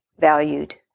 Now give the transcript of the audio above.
valued